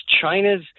China's